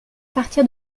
partir